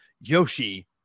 Yoshi